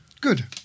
Good